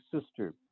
sister